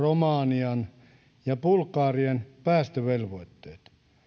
romanian ja bulgarian päästövelvoitteet